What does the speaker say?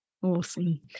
Awesome